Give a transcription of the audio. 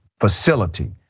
facility